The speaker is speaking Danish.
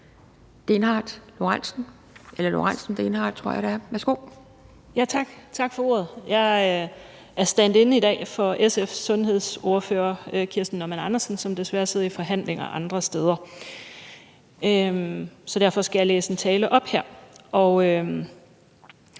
(Ordfører) Karina Lorentzen Dehnhardt (SF): Tak for ordet. Jeg er standin i dag for SF's sundhedsordfører Kirsten Normann Andersen, som desværre sidder i forhandlinger andre steder. Derfor skal jeg læse en tale op. Den